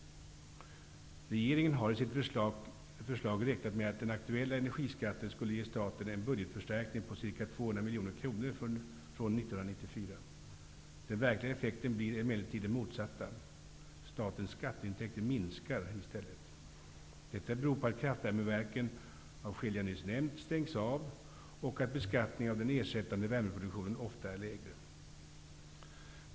Regeringen har i sitt förslag räknat med att den aktuella energiskatten skulle ge staten en budgetförstärkning på ca 200 miljoner kronor från 1994. Den verkliga effekten blir emellertid den motsatta. Statens skatteintäkter minskar i stället. Detta beror på att kraftvärmeverken, av skäl jag nyss nämnt, stängs av och att beskattningen av den ersättande värmeproduktionen ofta är lägre.